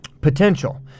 potential